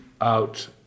out